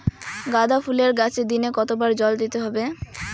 গাদা ফুলের গাছে দিনে কতবার জল দিতে হবে?